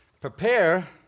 Prepare